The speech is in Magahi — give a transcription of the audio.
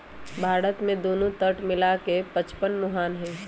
भारत में दुन्नो तट मिला के पचपन मुहान हई